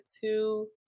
two